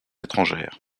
étrangère